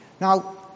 Now